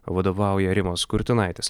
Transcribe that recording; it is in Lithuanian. vadovauja rimas kurtinaitis